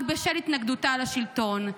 רק בשל התנגדותה לשלטון.